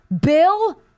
Bill